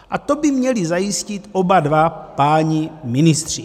A to by měli zajistit oba dva páni ministři.